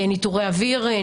ניטורי אוויר,